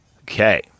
Okay